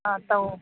ꯑꯥ ꯇꯧ